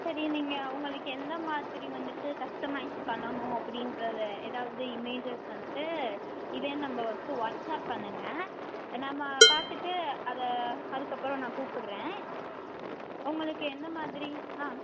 சரி நீங்கள் உங்களுக்கு எந்த மாதிரி வந்துட்டு கஸ்டமைஸ் பண்ணணும் அப்படின்றத ஏதாவது இமேஜஸ் வந்துட்டு இதே நம்பருக்கு வாட்ஸ்ஆப் பண்ணுங்கள் நம்ம பார்த்துட்டு அதை அதுக்கப்புறம் நான் கூப்பிட்றேன் உங்களுக்கு என்னமாதிரி ஆ